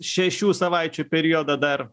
šešių savaičių periodą dar